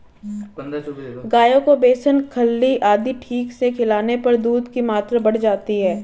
गायों को बेसन खल्ली आदि ठीक से खिलाने पर दूध की मात्रा बढ़ जाती है